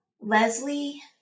Leslie